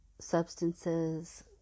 substances